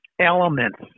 elements